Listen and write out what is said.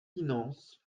finances